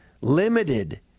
Limited